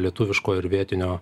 lietuviško ir vietinio